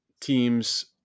teams